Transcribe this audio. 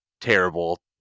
terrible